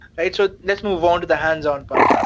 right? so let's move on to the hands on part.